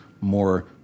more